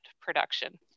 production